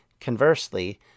Conversely